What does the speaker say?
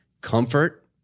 comfort